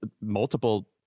multiple